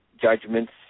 judgments